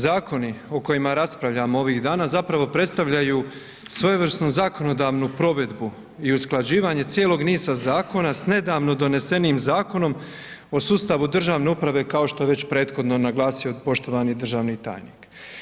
Zakoni o kojima raspravljamo ovih dana zapravo predstavljaju svojevrsnu zakonodavnu provedbu i usklađivanje cijelog niza zakona s nedavno donesenim Zakonom o sustavu državne uprave, kao što je već prethodno naglasio poštovani državni tajnik.